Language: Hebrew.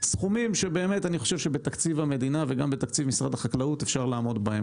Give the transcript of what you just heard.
סכומים שבאמת בתקציב המדינה וגם בתקציב משרד החקלאות אפשר לעמוד בהם